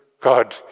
God